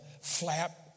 flap